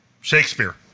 Shakespeare